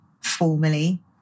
formally